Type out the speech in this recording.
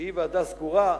שהיא ועדה סגורה,